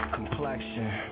Complexion